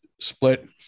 split